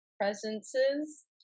presences